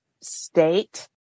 state